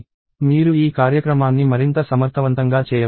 మీరు ఈ కార్యక్రమాన్ని మరింత సమర్థవంతంగా చేయవచ్చు